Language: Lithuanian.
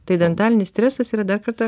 tai dentalinis stresas yra dar kartą